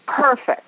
Perfect